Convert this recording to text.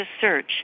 search